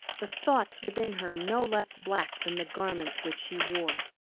the thoughts within her no less black than the garments which she wore.